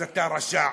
אז אתה רשע.